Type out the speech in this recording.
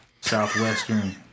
Southwestern